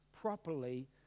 properly